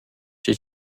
che